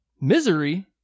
Misery